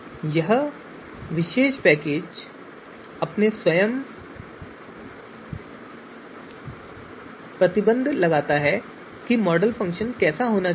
यह विशेष पैकेज अपने स्वयं के प्रतिबंध लगाता है कि मॉडल फ़ंक्शन कैसा होना चाहिए